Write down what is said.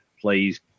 please